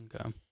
okay